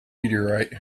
meteorite